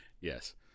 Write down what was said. Yes